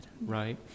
right